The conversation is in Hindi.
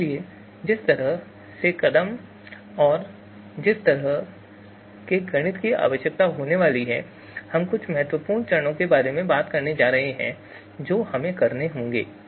इसलिए जिस तरह के कदम और जिस तरह के गणित की आवश्यकता होने वाली है हम कुछ महत्वपूर्ण चरणों के बारे में बात करने जा रहे हैं जो हमें करने होंगे